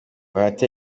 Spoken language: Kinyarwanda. bahati